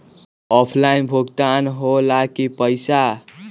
Offline भुगतान हो ला कि पईसा?